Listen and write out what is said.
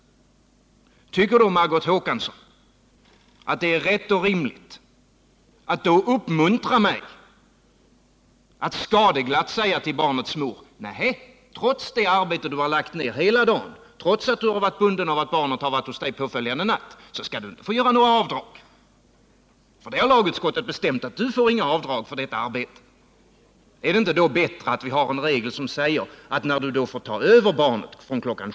Tycker då Margot Håkansson att det är rätt och rimligt att uppmuntra mig att skadeglatt säga till barnets mor att trots det arbete hon lagt ned hela dagen, trots att hon har varit bunden av att barnet har varit hos henne påföljande natt skall hon inte få göra några avdrag? Lagutskottet har bestämt, skulle jag då säga, att du inte får göra avdrag för detta arbete. Om mamma tar över barnet kl.